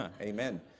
amen